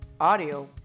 audio